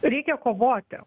reikia kovoti